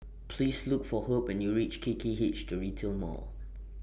Please Look For Herb when YOU REACH K K H The Retail Mall